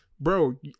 bro